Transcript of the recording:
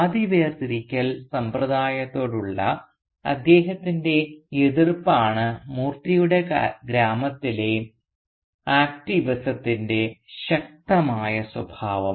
ജാതി വേർതിരിക്കൽ സമ്പ്രദായത്തോടുള്ള അദ്ദേഹത്തിൻറെ എതിർപ്പാണ് മൂർത്തിയുടെ ഗ്രാമത്തിലെ ആക്ടിവിസത്തിൻറെ ശക്തമായ സ്വഭാവം